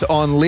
on